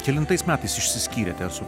kelintais metais išsiskyrėte su